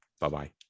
Bye-bye